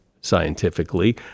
scientifically